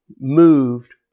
moved